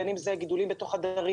ובין אם זה גידולים בתוך חדרים.